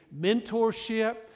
mentorship